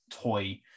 toy